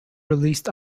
released